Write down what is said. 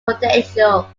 potential